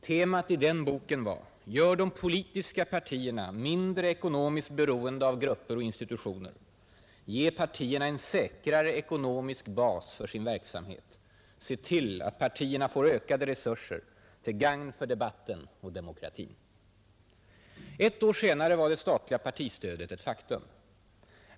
Temat i den boken var: gör de politiska partierna mindre ekonomiskt beroende av grupper och institutioner, ge partierna en säkrare ekonomisk bas för sin verksamhet, se till att partierna får ökade resurser till gagn för debatten och demokratin. Ett år senare var det statliga partistödet ett faktum.